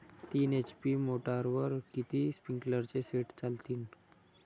तीन एच.पी मोटरवर किती स्प्रिंकलरचे सेट चालतीन?